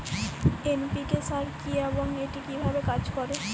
NPK সার কি এবং এটি কিভাবে কাজ করে?